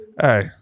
Hey